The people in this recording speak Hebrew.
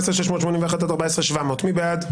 14,681 עד 14,700, מי בעד?